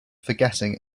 forgetting